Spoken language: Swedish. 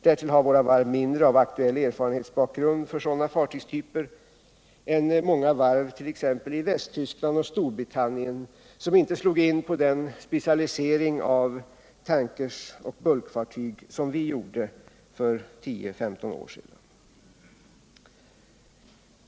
Därtill har våra varv mindre av aktuell erfarenhetsbakgrund för sådana fartygstyper än många varv i t.ex. Västtyskland och Storbritannien som inte slog in på den specialisering av tankrar och bulkfartyg som Sverige gjorde för 10-15 år sedan.